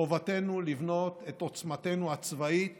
חובתנו לבנות את עוצמתנו הצבאית